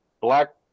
black